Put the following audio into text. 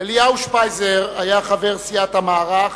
אליהו שפייזר היה חבר סיעת המערך